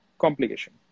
complication